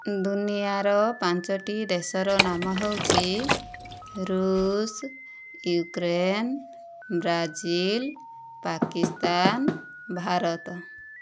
ଦୁନିଆର ପାଞ୍ଚଟି ଦେଶର ନାମ ହେଉଛି ରୁଷ ୟୁକ୍ରେନ ବ୍ରାଜିଲ ପାକିସ୍ଥାନ ଭାରତ